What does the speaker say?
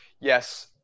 Yes